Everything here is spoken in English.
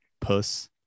puss